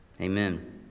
Amen